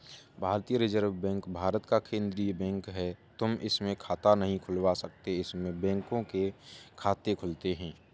भारतीय reserve bank Bharat का केन्द्रीय बैंक है, तुम इसमें खाता नहीं खुलवा सकते इसमें बैंकों के खाते खुलते हैं